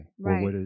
Right